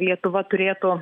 lietuva turėtų